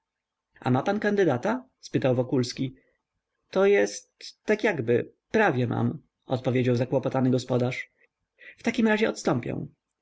a ma pan kandydata spytał wokulski to jest tak jakby prawie mam odpowiedział zakłopotany gospodarz w takim razie odstąpię